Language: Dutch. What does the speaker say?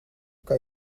kan